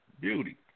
Beauty